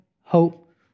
hope